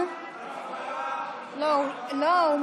הצבעה, הצבעה, הצבעה?